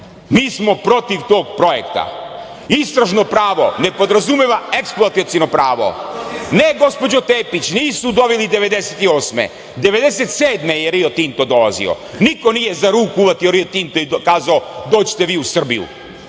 Mi smo protiv tog projekta. Istražno pravo nepodrazumeva eksploataciono pravo. Ne, gospođo Tepić, nisu doveli 1998. Godine 1997. godine je Rio Tinto dolazio. Niko nije za ruku uhvatio „Rio-Tinto“ i kazao - dođite vi u Srbiju.